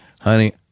honey